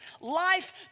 Life